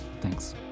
Thanks